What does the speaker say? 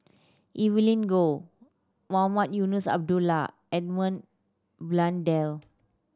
Evelyn Goh Mohamed Eunos Abdullah Edmund Blundell